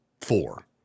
four